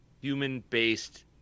human-based